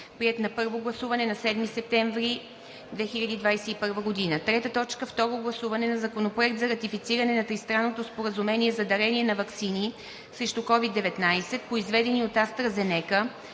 Приет на първо гласуване на 7 септември 2021 г. 3. Второ гласуване на Законопроекта за ратифициране на Тристранното споразумение за дарение на ваксини срещу COVID 19, произведени от АстраЗенека,